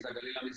זה הגליל המזרחי,